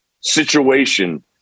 situation